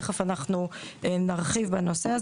תכף נרחיב בנושא,